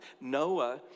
Noah